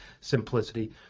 simplicity